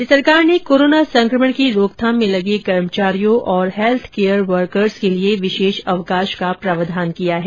राज्य सरकार ने कोरोना संकमण की रोकथाम में लगे कर्मचारियों और हैल्थ केयर वर्कर्स के लिए विशेष अवकाश का प्रावधान किया है